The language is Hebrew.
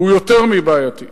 זה יותר מבעייתי.